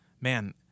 man